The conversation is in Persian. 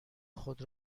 خود